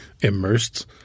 immersed